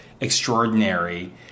extraordinary